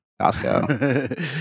Costco